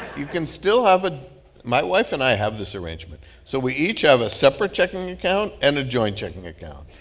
you can still have a my wife and i have this arrangement. so we each have a separate checking account and a joint checking account.